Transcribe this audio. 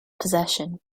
possession